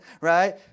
right